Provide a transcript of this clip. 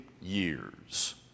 years